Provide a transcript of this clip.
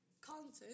content